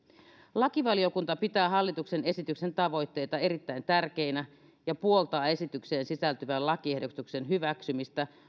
lakivaliokunta pitää hallituksen esityksen tavoitteita erittäin tärkeinä ja puoltaa esitykseen sisältyvän lakiehdotuksen hyväksymistä